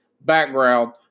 background